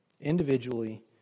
individually